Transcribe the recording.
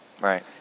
Right